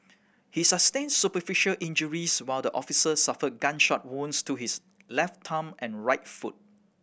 he sustained superficial injuries while the officer suffered gunshot wounds to his left thumb and right foot